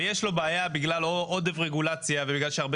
ויש לו בעיה בגלל עודף רגולציה ובגלל שהרבה